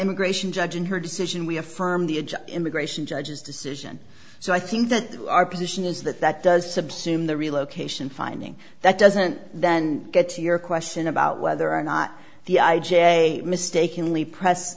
immigration judge in her decision we affirm the immigration judge's decision so i think that our position is that that does subsume the relocation finding that doesn't then get to your question about whether or not the i j a mistakenly press